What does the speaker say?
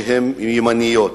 שהן ימניות.